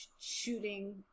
shooting